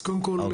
קודם כל,